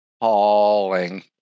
hauling